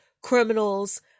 criminals